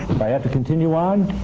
i i have to continue on,